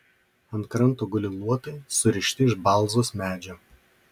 ant kranto guli luotai surišti iš balzos medžio